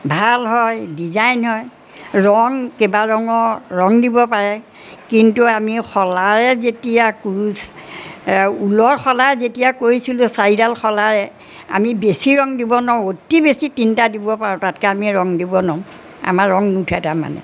ভাল হয় ডিজাইন হয় ৰং কেইবা ৰঙৰ ৰং দিব পাৰে কিন্তু আমি শলাৰে যেতিয়া কোৰ ঊলৰ শলাৰে যেতিয়া কৰিছিলোঁ চাৰিডাল শলাৰে আমি বেছি ৰং দিব নোৱাৰোঁ অতি বেছি তিনিটা দিব পাৰোঁ তাতকৈ আমি ৰং দিব নোৱাৰোঁ আমাৰ ৰং নুঠে তাৰমানে